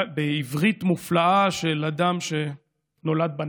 בעברית מופלאה של אדם שנולד בנכר: